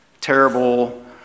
terrible